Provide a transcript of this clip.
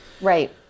right